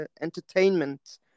entertainment